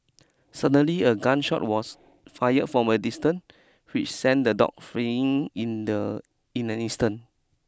suddenly a gun shot was fired from a distant which sent the dog freeing in the in an instant